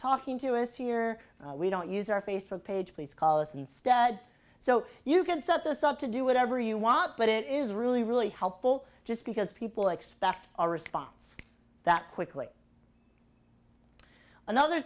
talking to us here we don't use our facebook page please call us instead so you can set those up to do whatever you want but it is really really helpful just because people expect a response that quickly another